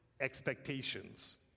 expectations